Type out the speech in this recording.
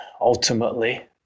ultimately